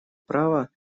права